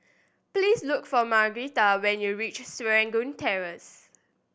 please look for Margarita when you reach Serangoon Terrace